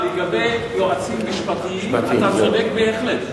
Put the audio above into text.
לגבי יועצים משפטיים אתה צודק בהחלט.